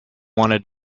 wanted